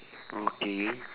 okay